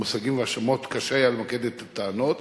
המושגים והשמות קשה היה למקד את הטענות.